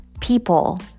people